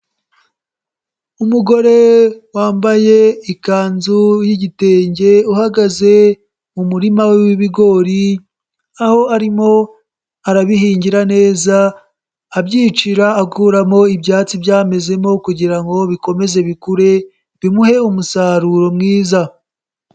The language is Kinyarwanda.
Umugore wambaye ikanzu y'igitenge uhagaze mu murima we w'ibigori, aho arimo arabihingira neza abyicira akuramo ibyatsi byamezemo kugirango ngo bikomeze bikure bimuhe umusaruro mwiza.